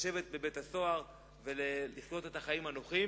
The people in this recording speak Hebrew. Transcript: לשבת בבית-הסוהר ולחיות את החיים הנוחים.